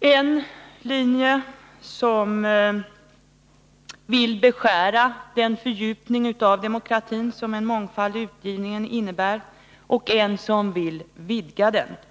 En linje vill reducera den fördjupning av demokratin som mångfald i utgivningen innebär, en annan linje vill gå den motsatta vägen.